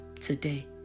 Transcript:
today